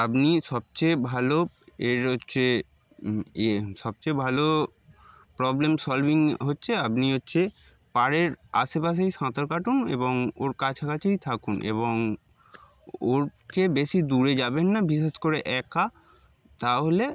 আপনি সবচেয়ে ভালো এর হচ্ছে ইয়ে সবচেয়ে ভালো প্রবলেম সলভিং হচ্ছে আপনি হচ্ছে পাড়ের আশেপাশেই সাঁতর কাটুন এবং ওর কাছাকাছিই থাকুন এবং ওর চেয়ে বেশি দূরে যাবেন না বিশেষ করে একা তাহলে